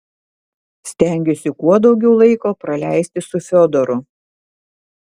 stengiuosi kuo daugiau laiko praleisti su fiodoru